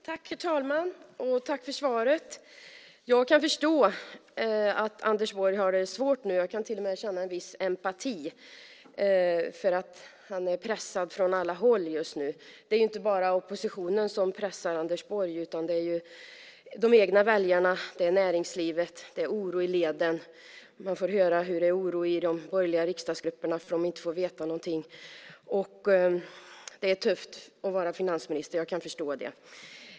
Herr talman! Tack för svaret, finansministern! Jag kan förstå att Anders Borg har det svårt nu. Jag kan till och med känna en viss empati, för han är pressad från alla håll just nu. Det är inte bara oppositionen som pressar honom, utan det är också de egna väljarna och näringslivet. Det är oro i leden. Man får höra att det är oro i de borgerliga riksdagsgrupperna för att de inte får veta något. Det är tufft att vara finansminister. Jag kan förstå det.